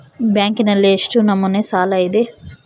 ಬ್ಯಾಂಕಿನಲ್ಲಿ ಎಷ್ಟು ನಮೂನೆ ಸಾಲ ಇದೆ?